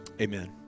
amen